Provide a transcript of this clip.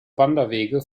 wanderwege